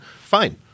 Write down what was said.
fine